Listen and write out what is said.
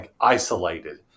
isolated